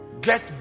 get